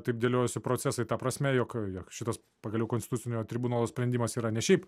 taip dėliojosi procesai ta prasme jog jog šitas pagaliau konstitucinio tribunolo sprendimas yra ne šiaip